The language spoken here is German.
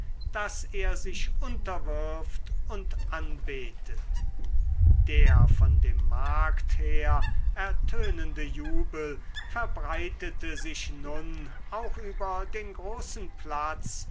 daß er sich unterwirft und anbetet der von dem markt her ertönende jubel verbreitete sich nun auch über den großen platz